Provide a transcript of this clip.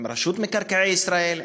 עם רשות מקרקעי ישראל,